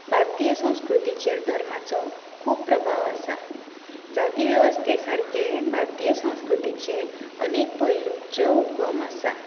भारतीय संस्कृतीचेर धर्माचो खूब प्रभाव आसा जाती वेवस्थे सारके भारतीय वेवस्थेचे अनेक पहलूचे उगम आसा